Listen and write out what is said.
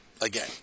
Again